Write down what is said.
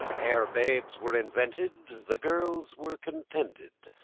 ere babes were invented the girls were contended.